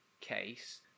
case